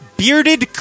bearded